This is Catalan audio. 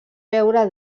veure